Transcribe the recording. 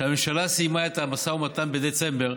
הממשלה סיימה את המשא ומתן בדצמבר,